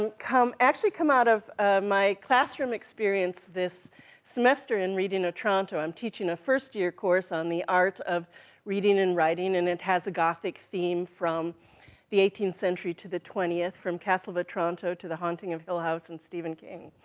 and come, actually come out of my classroom experience this semester in reading otranto, i'm teaching a first year course on the art of reading and writing, and it has a gothic theme, from the eighteenth century to the twentieth, from castle of otranto to the haunting of hill house and stephen king.